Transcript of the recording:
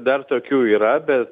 dar tokių yra bet